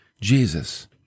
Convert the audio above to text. Jesus